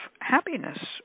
happiness